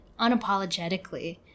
unapologetically